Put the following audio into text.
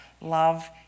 love